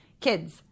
kids